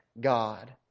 God